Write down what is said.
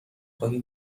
خواهی